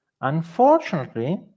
unfortunately